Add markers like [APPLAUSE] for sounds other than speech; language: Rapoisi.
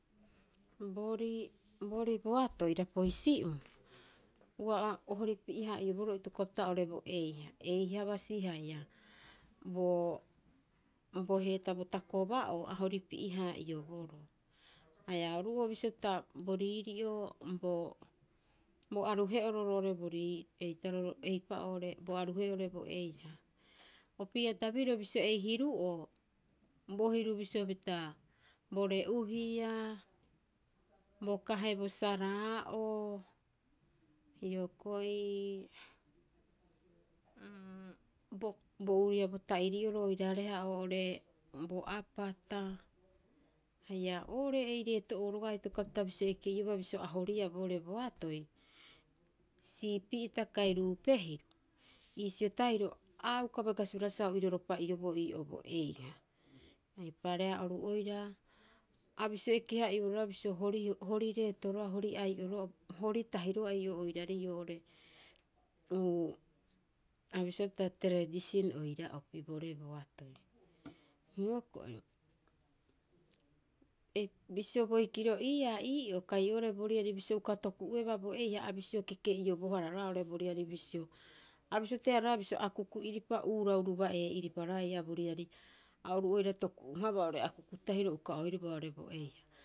Boorii, boorii boatoi Rapoisi'uu, ua o horipi'e- haa'ioboroo itokopa pita oo'ore bo eiha. Eiha basi haia [HESITATION] bo heetaa bo takoba'oo a horipi'e- haa'ioboroo. Haia oru'oo bisio pita bo riiri'o bo bo aruhe'oro roo'ore bo rii eitaro roo eipa'oo oo'ore bo aruhe'oo oo'ore bo eiha. Opii'a tabiriro bisio ei hiru'oo, bo hiru bisio pita bo re'uhia, bo kahe bo saraa'oo, hioko'i, [HESITATION] bo bo uria bo ta'iri'oro oiraareha oo'ore bo apata haia oo'ore ei reeto'oo roga'a itokopapita sa bisio eke'ioba bisio a horiia boo'ore bo atoi. Siipi'ita kai ruupe hiru iisio tahiro, a uka bai kasibaa roga'a sa o iroropa'ioboo ii'oo bo heiha. Eipaareha oru oira a bisio eke- haa'ioboroo roga'a bisio, hori hori reeto roga'a hori ai'o roga'a hori tahi roga'a ii'oo oiraarei oo'ore [HESITATION] a bisioea opita tradition oira'opi boorii boatoi. Hioko'i ei bisio boikiro iiaa ii'oo kai oo'ore bo riari bisio uka toku'uebaa bo eiha a bisio keke'iobohara roga'a oo'ore bo riari bisio a bisio teaehara bisio akuku'iripa, urau ruba'ee'iripa roga'a ii'aa bo riari. A oru oira toku'u- haaba oo'ore akuku tahiro, uka oiraba oo'ore bo eiha.